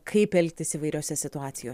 kaip elgtis įvairiose situacijo